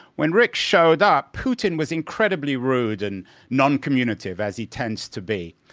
when rick showed up, putin was incredibly rude and noncommunicative, as he tends to be.